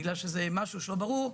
בגלל שזה משהו לא ברור,